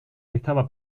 estaba